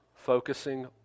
Focusing